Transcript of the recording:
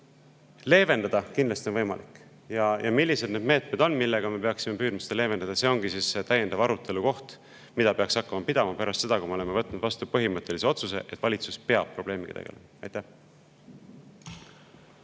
Leevendada on kindlasti võimalik. Millised need meetmed on, millega me peaksime püüdma seda leevendada? See ongi täiendav arutelu, mida peaks hakkama pidama pärast seda, kui me oleme võtnud vastu põhimõttelise otsuse, et valitsus peab probleemiga tegelema. Lihtsalt